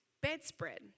bedspread